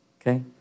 okay